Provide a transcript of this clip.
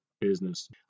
business